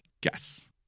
guess